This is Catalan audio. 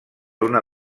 una